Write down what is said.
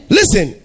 Listen